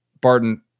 Barton